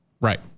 Right